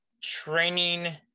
training